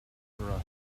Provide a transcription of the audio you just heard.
for